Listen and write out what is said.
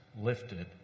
lifted